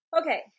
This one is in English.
Okay